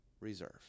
Reserve